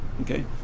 okay